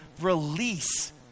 release